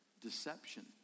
deception